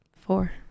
four